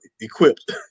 equipped